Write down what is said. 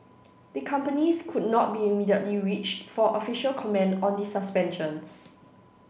the companies could not be immediately reached for official comment on the suspensions